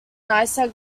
nicer